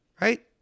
right